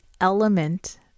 element